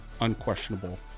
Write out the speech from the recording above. unquestionable